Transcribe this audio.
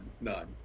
none